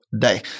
day